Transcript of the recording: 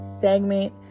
segment